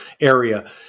area